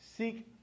Seek